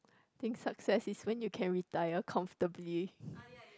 think success is when you can retired comfortably